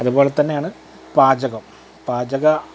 അതുപോലെതന്നെയാണ് പാചകം പാചക